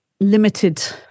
limited